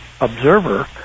observer